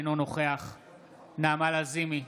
אינו נוכח נעמה לזימי,